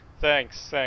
thanks